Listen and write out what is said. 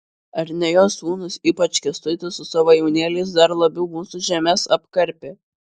ar ne jo sūnūs ypač kęstutis su savo jaunėliais dar labiau mūsų žemes apkarpė